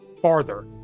farther